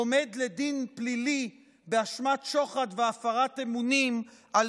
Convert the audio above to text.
עומד לדין פלילי באשמת שוחד והפרת אמונים על